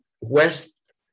west